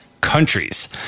countries